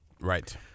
Right